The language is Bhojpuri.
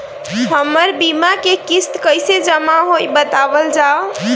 हमर बीमा के किस्त कइसे जमा होई बतावल जाओ?